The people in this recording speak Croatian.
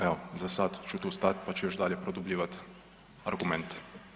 Evo za sad ću tu stati, pa ću još dalje produbljivat argumente.